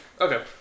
Okay